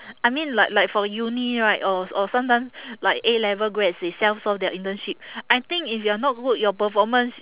I mean like like for uni right or or sometimes like A level grads they self source their internship I think if you're not good your performance